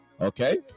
Okay